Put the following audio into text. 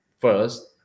first